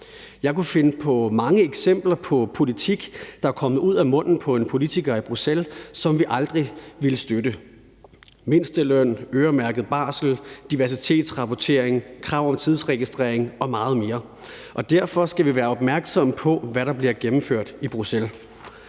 Jeg kunne komme med mange eksempler på politik, der er kommet ud af munden på en politiker i Bruxelles, som vi aldrig ville støtte: fælles mindsteløn, øremærket barsel, diversitetsrapportering, krav om tidsregistrering og meget mere. Derfor skal vi være opmærksomme på, hvad der bliver gennemført i Bruxelles.